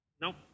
Nope